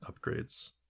upgrades